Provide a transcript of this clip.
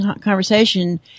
conversation